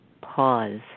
pause